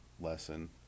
lesson